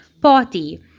party